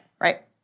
right